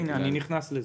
אני נכנס לזה.